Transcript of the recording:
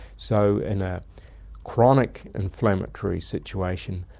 so in a chronic inflammatory situation,